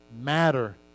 matter